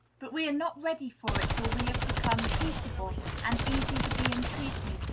but we are not ready for it till we have become peaceable and easy to be entreated,